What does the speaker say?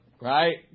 Right